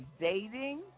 dating